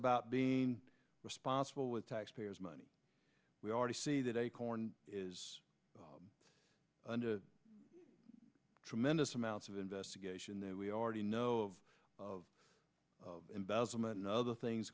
about being responsible with taxpayers money we already see that acorn is under tremendous amounts of investigation that we already know of embezzlement and other things